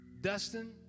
Dustin